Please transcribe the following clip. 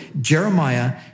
Jeremiah